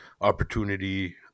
opportunity